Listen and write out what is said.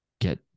get